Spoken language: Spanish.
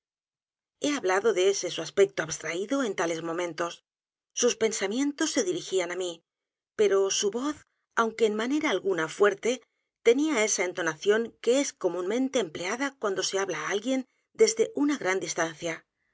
he hablado ya de su aspecto abstraído en tales momentos sus pensamientos se dirigían á m í pero su voz aunque en manera alguna fuerte tenía esa entonación que es comúnmente empleada cuando se habla á alguien desde una gran distancia